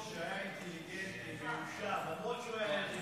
שהיה אינטליגנט, למרות שהיה יריב